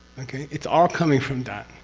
okay, it's all coming from that.